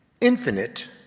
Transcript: infinite